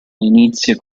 inizia